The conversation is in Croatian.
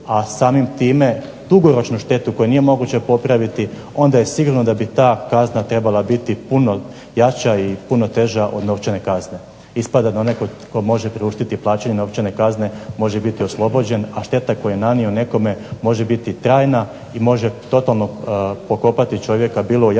a samim time dugoročnu štetu koju nije moguće popraviti onda je sigurno da bi ta kazna trebala biti puno jača i veća od novčane kazne. Ispada da netko tko može priuštiti plaćanje novčane kazne može biti oslobođen, a šteta koju je nanio nekome može biti trajna i može totalno pokopati čovjeka bilo u njegovom